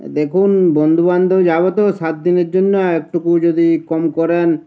দেখুন বন্ধুবান্ধব যাব তো সাত দিনের জন্য একটুকু যদি কম করেন